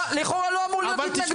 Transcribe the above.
לכאורה לא אמור להיות התנגדות.